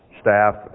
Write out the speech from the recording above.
staff